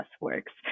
works